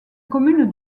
commune